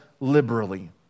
liberally